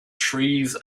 trees